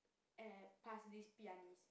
uh past this pianist